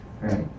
right